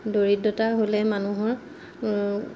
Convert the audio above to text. দৰিদ্ৰতা হ'লে মানুহৰ